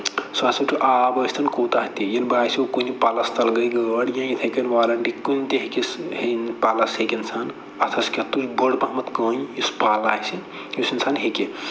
سُہ ہسا چھُ آب ٲسۍتَن کوٗتاہ تہِ یِنہٕ آسٮ۪و کُنہِ پَلس تَل گٔے گٲڈ یا یِتھٕے کٔنۍ والٮ۪نٛٹِک کُنہِ تہِ ہیٚکٮ۪س ہیٚنۍ پَلس ہٮ۪کہِ اِنسان اَتھس کھٮ۪تھ تُج بٔڈ پَہمَتھ کٔنۍ یُس پل آسہِ یُس اِنسان ہٮ۪کہِ